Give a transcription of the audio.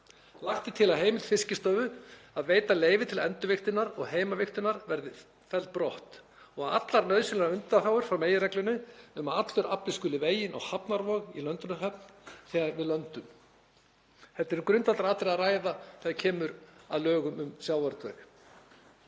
Lagt er til að heimild Fiskistofu til að veita leyfi til endurvigtunar og heimavigtunar verði felld brott og allar nauðsynlegar undanþágur frá meginreglunni um að allur afli skuli veginn á hafnarvog í löndunarhöfn þegar við löndun. Þetta eru grundvallaratriði sem þarf að ræða þegar kemur að lögum um sjávarútveg.